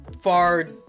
far